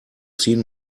seen